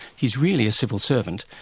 he's really a civil servant,